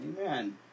Amen